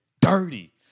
dirty